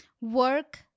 work